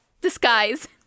disguise